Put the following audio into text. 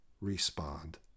respond